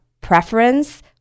preference